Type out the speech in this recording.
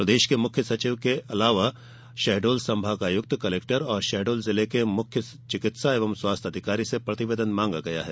प्रदेश के मुख्य सचिव के अलावा शहडोल संभागायुक्त कलेक्टर और शहडोल जिले के मुख्य चिकित्सा एवं स्वास्थ्य अधिकारी से प्रतिवेदन मांगा गया है